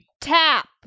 Tap